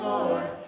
Lord